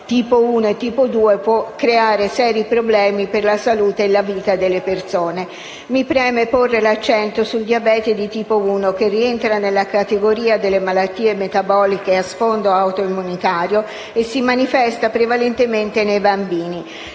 (tipo 1 e tipo 2) può creare seri problemi per la salute e la vita delle persone. Mi preme porre l'accento sul diabete di tipo 1 che rientra nella categoria delle malattie metaboliche a sfondo autoimmunitario e si manifesta prevalentemente nei bambini.